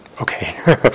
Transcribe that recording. okay